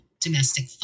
domestic